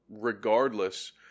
regardless